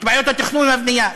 את בעיות התכנון והבנייה.